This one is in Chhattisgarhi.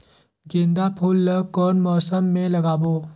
गेंदा फूल ल कौन मौसम मे लगाबो?